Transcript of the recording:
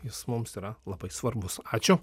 jis mums yra labai svarbus ačiū